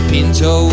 Pinto